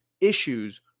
issues